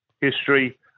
History